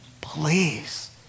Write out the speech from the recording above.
please